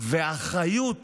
והאחריות